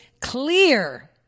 clear